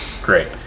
Great